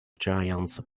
giants